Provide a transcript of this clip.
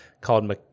called